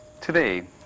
Today